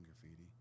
Graffiti